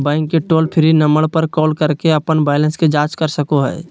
bank के toll free number पर call करके अपन बैलेंस के जांच कर सको हइ